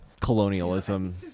colonialism